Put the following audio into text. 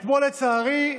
אתמול, לצערי,